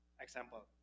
Example